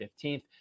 15th